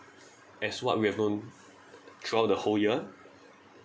as what we have known throughout the whole year